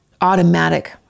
automatic